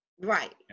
Right